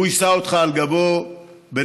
הוא יישא אותך על גבו בנאמנות.